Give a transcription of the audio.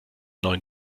neuen